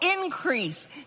increase